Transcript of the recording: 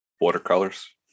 Watercolors